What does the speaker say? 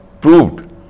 proved